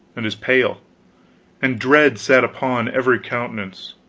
and as pale and dread sat upon every countenance.